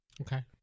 Okay